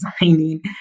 designing